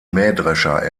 mähdrescher